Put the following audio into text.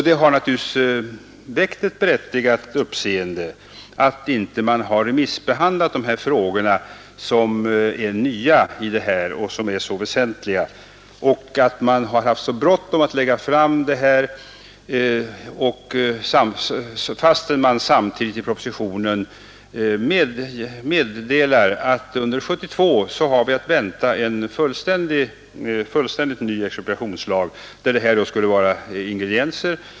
Det har naturligtvis väckt berättigat uppseende att man inte har remissbehandlat dessa frågor som är nya och så väsentliga och att man har haft så bråttom att lägga fram förslaget fastän man samtidigt i propositionen meddelar att vi under 1972 har att vänta förslag om en fullständigt nya expropriationslag, i vilken detta skulle vara ingredienser.